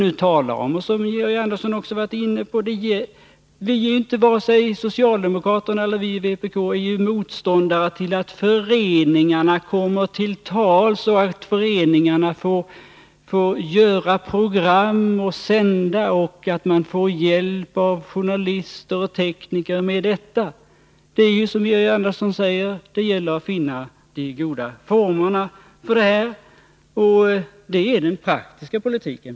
Varken socialdemokraterna eller vi i vpk är ju motståndare till att föreningarna kommer till tals och får göra program och sända dem med hjälp av journalister och tekniker. Det gäller, som Georg Andersson säger, att finna de goda formerna för det. Detta är den praktiska politiken.